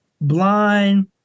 blind